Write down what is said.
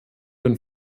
den